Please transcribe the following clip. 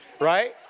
right